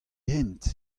hent